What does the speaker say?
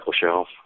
shelf